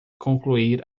concluir